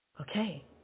Okay